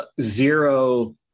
zero